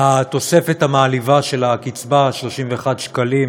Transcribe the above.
התוספת המעליבה של הקצבה, 31 שקלים